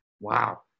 wow